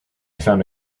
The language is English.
found